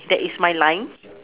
that is my line